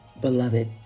beloved